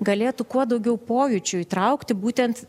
galėtų kuo daugiau pojūčių įtraukti būtent